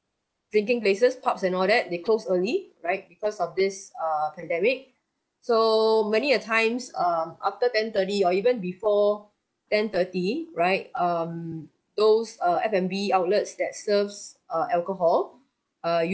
drinking places pubs and all that they close early right because of this err pandemic so many a times um after ten-thirty or even before ten-thirty right um those uh F&B outlets that serves uh alcohol err